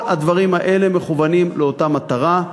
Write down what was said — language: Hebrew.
כל הדברים האלה מכוונים לאותה מטרה,